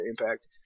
impact